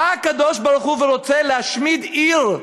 בא הקדוש-ברוך-הוא ורוצה להשמיד עיר,